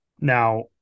Now